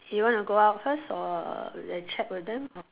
you wanna go out first or err chat with them or